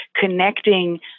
connecting